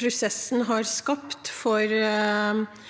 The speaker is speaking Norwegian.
prosessen har skapt for veldig